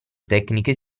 tecniche